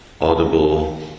audible